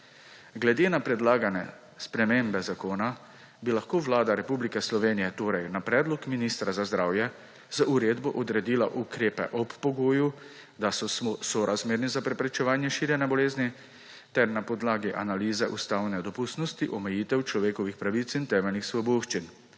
Glede na predlagane spremembe zakona bi lahko Vlada Republike Slovenije na predlog ministra za zdravje z uredbo odredila ukrepe ob pogoju, da so sorazmerni za preprečevanje širjenja bolezni, ter na podlagi analize ustavne dopustnosti omejitev človekovih pravic in temeljnih svoboščin.